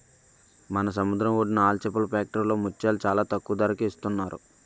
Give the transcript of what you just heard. మన సముద్రం ఒడ్డున ఆల్చిప్పల ఫ్యాక్టరీలో ముత్యాలు చాలా తక్కువ ధరకే ఇస్తున్నారు